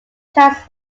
plans